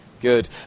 good